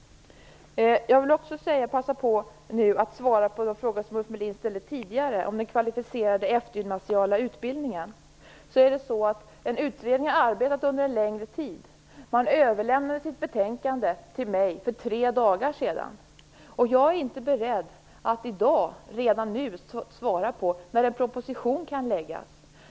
Jag vill också nu passa på att svara på de frågor Ulf Melin ställde tidigare om den kvalificerade eftergymnasiala utbildningen. En utredning har arbetat under en längre tid. Man överlämnade sitt betänkande till mig för tre dagar sedan. Jag är inte beredd att redan i dag svara på frågan när en proposition kan avlämnas.